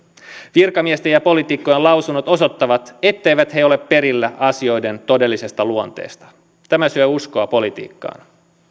virkamiesten ja poliitikkojen lausunnot osoittavat etteivät he ole perillä asioiden todellisesta luonteesta tämä syö uskoa politiikkaan